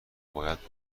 باید